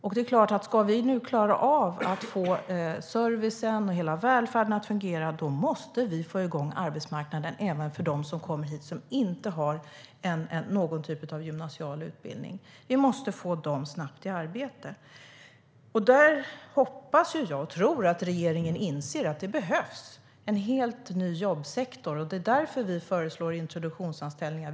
Om vi ska klara av att få servicen och hela välfärden att fungera måste vi få igång arbetsmarknaden även för dem som kommer hit och inte har någon typ av gymnasial utbildning. Vi måste få dem i arbete snabbt. Jag hoppas och tror att regeringen inser att det behövs en helt ny jobbsektor, och därför föreslår vi introduktionsanställningar.